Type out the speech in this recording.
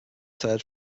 third